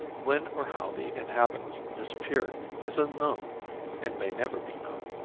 when or how the inhabitants disappeared is unknown and may never be known.